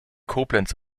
koblenz